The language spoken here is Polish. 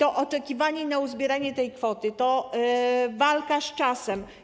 Oczekiwanie na uzbieranie tej kwoty to walka z czasem.